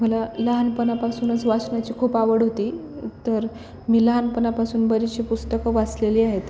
मला लहानपणापासूनच वाचनाची खूप आवड होती तर मी लहानपणापासून बरीचशी पुस्तकं वाचलेली आहेत